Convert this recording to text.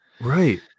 Right